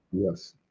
yes